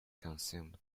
consumed